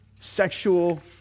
sexual